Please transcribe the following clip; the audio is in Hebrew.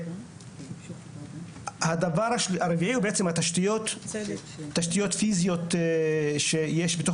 הדבר הרביעי הוא בעצם תשתיות פיזיות שיש בתוך